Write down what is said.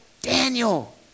Daniel